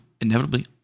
inevitably